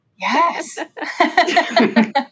yes